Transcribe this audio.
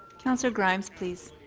counsellor grimes, please.